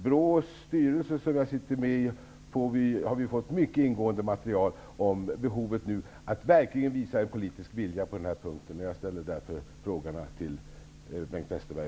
BRÅ:s styrelse, som jag sitter med i, har fått ett mycket ingående material som visar att det verkligen behövs politisk vilja på denna punkt. Därför ställer jag min fråga till Bengt Westerberg.